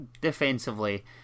defensively